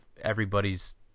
everybody's